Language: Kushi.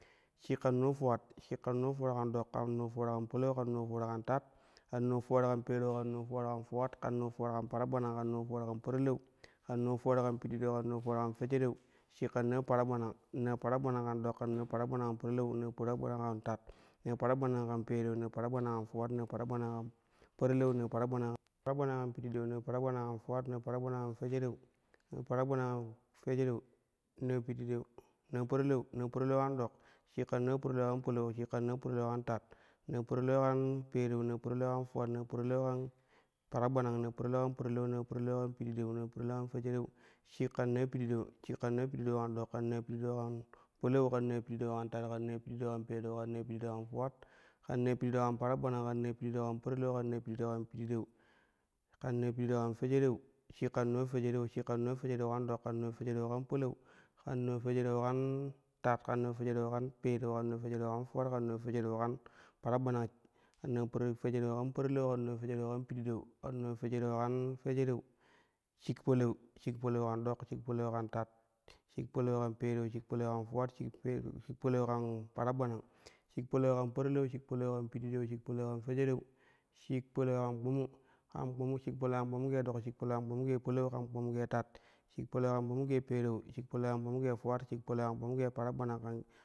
Shik kan naa fuwat, shik kan naa fuwat kan dok, kan naa fuwat kan palau, kan naa fuwat kan tat, kan naa fuwat kan pereu, kan naa fuwat kan fuwat, kan naa fuwat kan paragbanang, kan naa fuwat kan parilau, kan naa fuwat kan pididau, kan naa fuwat kan fejereu, shik kan naa pragbanang. Naa paragbanang kan ɗok, kan naa paragbanang kan palau, naa paragbanang kan tat, naa paragbanang kan pereu, naa paragbanang kan fuwat, naa paragbanang kan parilau, naa paragbanang kan pididau, naa paragbanang kan fuwat, naa paragbanang kan fejereu, naa paragbanang kan fejereu, naa pididau, naa parilau naa parilau kan dok, shik kan naa parilau kan palau, shik kan naa parilau kan tat, naa parilau kan pereu, naa parilau kan fuwat, naa parilau kan paragbanang, naa parilau kan parilau, naa parilau kan pididau, naa parilau kan fejereu, shik kan naa pididau. Shik kan naa pididau kan ɗok, kan naa pididau kan palau, kan naa pididau kan tat, kan naa pididau kan pereu, kan naa pididau kan fuwat, kan naa pididau kan paragbanang, kan naa pididau kan parilau, kan naa pididau kan pididau, kan naa pididau kan fejereu, shik kan na fejereu shik kan naa fejereu kan dok, kan naa fejereu kan palau kan naa fejereu kan tat, kan naa fejereu kan pereu, kan naa fejereu kan fuwat, kan naa fejereu kan paragbanang, kan pari fejereu kan parilau, kan naa fejereu kan pididau, kan naa fejereu kan fejereu, shik palau shik palau kan dok, shik palau kan tat, shik palau kan pereu, shik palau kan fuwat, shik palau kan paragbanang, shik palau kan parilau, shik palau kan pididau, shik palau kan fejereu, shik palau kan kpumu. Kan kpumu shik palau kan kpumu gee dok, shik palau kan kpumu gee palau, shik palau kan kpumu gee tat, shik palau kan kpumu gee pereu, shik palau kan kpumu gee fuwat, shik palau kan kpumu gee paragbanang, kan.